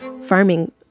farming